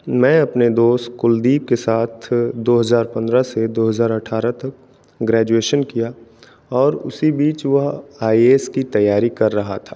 मैं अपने दोस्त कुलदीप के साथ दो हजार पंद्रह से दो हजार अट्ठारह तक ग्रेजुएशन किया और उसी बीच वह आई ए एस की तैयारी कर रहा था